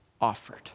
offered